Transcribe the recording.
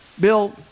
Bill